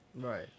Right